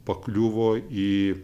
pakliuvo į